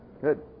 good